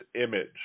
image